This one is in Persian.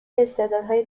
استعدادهای